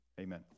amen